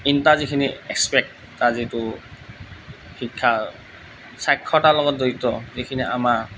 ইণ্টা যিখিনি এক্সপেক্ট তাৰ যিটো শিক্ষা স্বাক্ষৰতাৰ লগত জড়িত যিখিনি আমাৰ